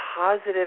positive